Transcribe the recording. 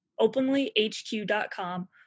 OpenlyHQ.com